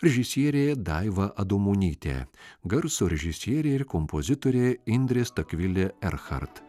režisierė daiva adomonytė garso režisierė ir kompozitorė indrė stakvilė erhart